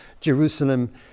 Jerusalem